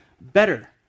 better